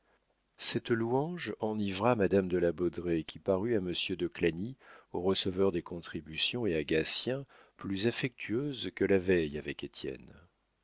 cette louange enivra madame de la baudraye qui parut à monsieur de clagny au receveur des contributions et à gatien plus affectueuse que la veille avec